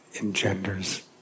engenders